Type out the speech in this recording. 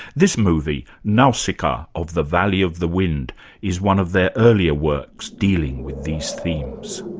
this movie, nausicaaa of the valley of the wind is one of their earlier works dealing with these themes.